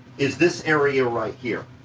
is this area right here.